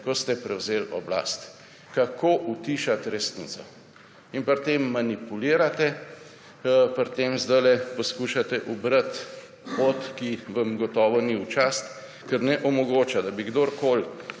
ko ste prevzeli oblast − kako utišati resnico. In pri tem manipulirate, pri tem zdajle poskušate ubrati pot, ki vam gotovo ni v čast, ker ne omogoča, da bi kdorkoli